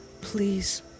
please